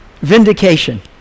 vindication